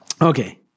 Okay